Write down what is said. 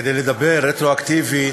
כדי לדבר רטרואקטיבית